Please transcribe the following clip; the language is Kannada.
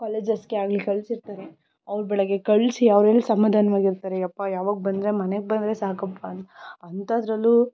ಕಾಲೇಜಸ್ಗೆ ಆಗಲಿ ಕಳಿಸಿರ್ತಾರೆ ಅವರು ಬೆಳಗ್ಗೆ ಕಳಿಸಿ ಅವರೆಲ್ಲಿ ಸಮಾಧಾನವಾಗಿರ್ತಾರೆ ಯಪ್ಪಾ ಯಾವಾಗ ಬಂದರೆ ಮನೆಗೆ ಬಂದರೆ ಸಾಕಪ್ಪ ಅಂಥದ್ರಲ್ಲೂ